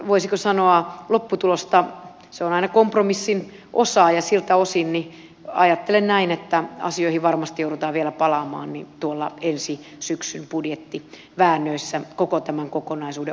täytyy sanoa että lopputulos on aina kompromissin osa ja siltä osin ajattelen näin että asioihin varmasti joudutaan vielä palaamaan tuolla ensi syksyn budjettiväännöissä koko tämän kokonaisuuden osalta